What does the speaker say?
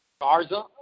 Garza